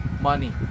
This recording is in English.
money